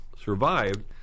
survived